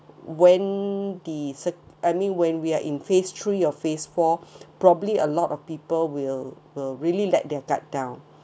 when the cir~ I mean when we're in phase three or phase four probably a lot of people will will really let their guard down